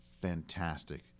fantastic